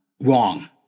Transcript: wrong